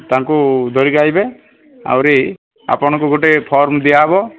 ତାଙ୍କୁ ଧରିକି ଆସିବେ ଆହୁରି ଆପଣଙ୍କୁ ଗୋଟେ ଫର୍ମ୍ ଦିଆହେବ ସେ